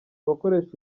abakoresha